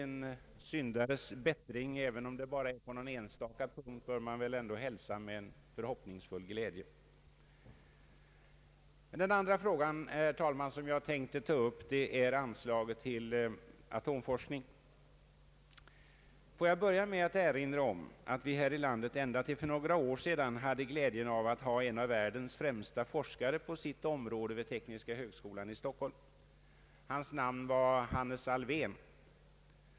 En syndares bättring, även om det är bara på någon enstaka punkt, bör väl ändå hälsas med en förhoppningsfull glädje. Den andra fråga som jag tänkte ta upp är anslaget till atomforskning. Låt mig börja med att erinra om att vi här i landet ända till för några år sedan hade glädjen av att ha en av världens främsta forskare på sitt område vid Tekniska högskolan i Stockholm. Hans namn är Hannes Alfvén.